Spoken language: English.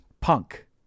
punk